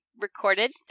recorded